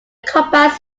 compact